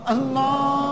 Allah